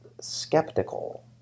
skeptical